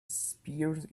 spears